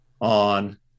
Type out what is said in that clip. on